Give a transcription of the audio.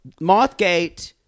Mothgate